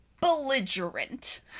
belligerent